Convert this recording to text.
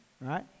right